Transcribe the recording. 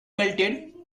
melted